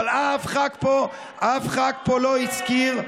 אבל אף ח"כ פה לא הזכיר,